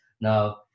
Now